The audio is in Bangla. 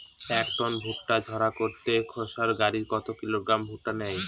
এক টন ভুট্টা ঝাড়াই করতে থেসার গাড়ী কত কিলোগ্রাম ভুট্টা নেয়?